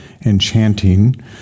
enchanting